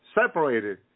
separated